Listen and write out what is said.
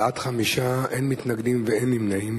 בעד, 5, אין מתנגדים ואין נמנעים.